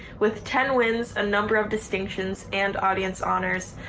with ten wins, a number of distinctions and audience honours,